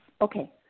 Okay